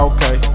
Okay